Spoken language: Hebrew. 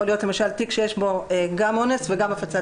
יכול להיות למשל תיק שיש בו גם אונס וגם הפצת